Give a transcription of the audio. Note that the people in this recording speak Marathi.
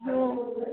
हो हो हो